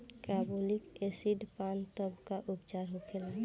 Carbolic acid पान तब का उपचार होखेला?